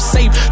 Safe